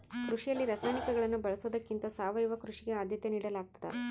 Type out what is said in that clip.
ಕೃಷಿಯಲ್ಲಿ ರಾಸಾಯನಿಕಗಳನ್ನು ಬಳಸೊದಕ್ಕಿಂತ ಸಾವಯವ ಕೃಷಿಗೆ ಆದ್ಯತೆ ನೇಡಲಾಗ್ತದ